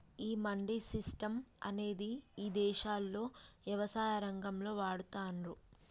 ఈ మండీ సిస్టం అనేది ఇదేశాల్లో యవసాయ రంగంలో వాడతాన్రు